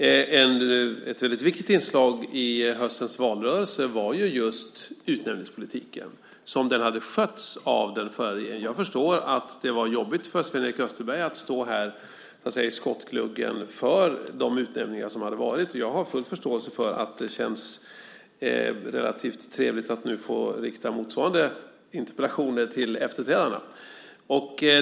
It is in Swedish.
Fru talman! Ett väldigt viktigt inslag i höstens valrörelse var just utnämningspolitiken, det sätt på vilket den hade skötts av den förra regeringen. Jag förstår att det var jobbigt för Sven-Erik Österberg att stå här i skottgluggen för de utnämningar som hade varit. Jag har full förståelse för att det känns relativt trevligt att nu få rikta motsvarande interpellationer till efterträdarna.